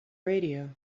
radio